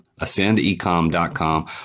AscendEcom.com